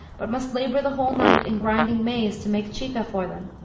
but must labor the whole night, in grinding maize to make chica for them.